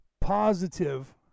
Positive